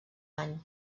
any